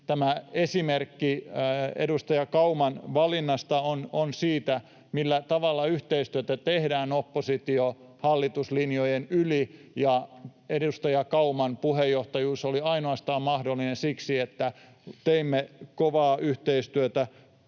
tämä esimerkki edustaja Kauman valinnasta on esimerkki siitä, millä tavalla yhteistyötä tehdään oppositio—hallitus-linjojen yli. Ja edustaja Kauman puheenjohtajuus oli mahdollinen ainoastaan siksi, että teimme kovaa yhteistyötä